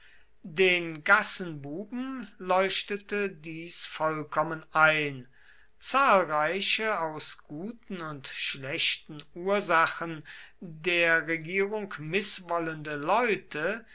den gassenbuben leuchtete dies vollkommen ein zahlreiche aus guten und schlechten ursachen der regierung mißwollende leute